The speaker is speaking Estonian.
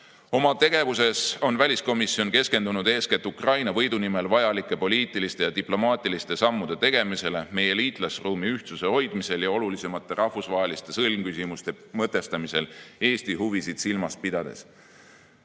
tegevuses on väliskomisjon keskendunud eeskätt Ukraina võidu nimel vajalike poliitiliste ja diplomaatiliste sammude tegemisele, meie liitlasruumi ühtsuse hoidmisele ja olulisemate rahvusvaheliste sõlmküsimuste mõtestamisele Eesti huvisid silmas pidades.